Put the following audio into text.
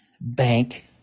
bank